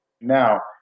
Now